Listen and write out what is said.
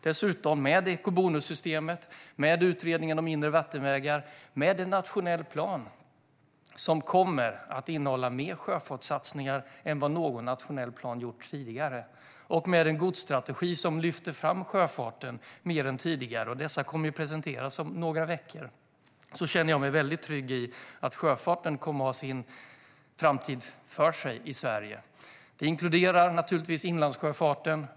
Med eco-bonussystemet, utredningen om inre vattenvägar, en nationell plan som kommer att innehålla mer sjöfartssatsningar än vad någon nationell plan gjort tidigare samt en godsstrategi som lyfter fram sjöfarten mer än tidigare - dessa kommer att presenteras om några veckor - känner jag mig trygg i att sjöfarten har framtiden för sig i Sverige. Det inkluderar naturligtvis inlandssjöfarten.